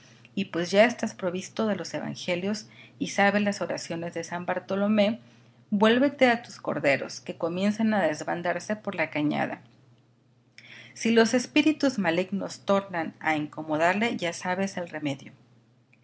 y pues ya estás provisto de los evangelios y sabes las oraciones de san bartolomé vuélvete a tus corderos que comienzan a desbandarse por la cañada si los espíritus malignos tornan a incomodarle ya sabes el remedio